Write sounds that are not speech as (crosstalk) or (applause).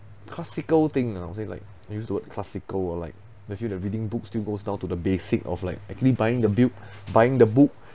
classical thing lah I would say like use the word classical like they feel that reading books still goes down to the basic of like actually buying the built (breath) buying the book